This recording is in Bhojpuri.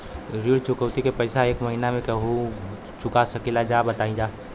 ऋण चुकौती के पैसा एक महिना मे कबहू चुका सकीला जा बताईन जा?